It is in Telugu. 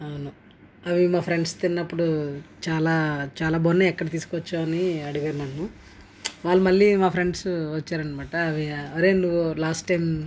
అవును అవి మా ఫ్రెండ్స్ తిన్నప్పుడు చాలా చాలా బాగున్నాయి ఎక్కడ తీసుకొచ్చావు అని అడిగారు నన్ను వాళ్ళు మళ్ళీ మా ఫ్రెండ్సు వచ్చారు అనమాట అరే నువ్వు లాస్ట్ టైమ్